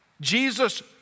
Jesus